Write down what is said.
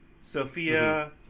Sophia